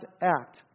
act